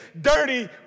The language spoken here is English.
dirty